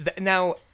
Now